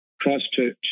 Christchurch